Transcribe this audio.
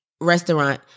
restaurant